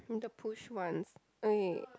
the push ones